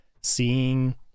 seeing